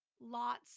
lots